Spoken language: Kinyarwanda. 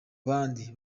bandi